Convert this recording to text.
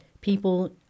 people